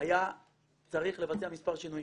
היה צריך לבצע מספר שינויים.